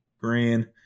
green